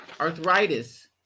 arthritis